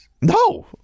no